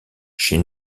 chez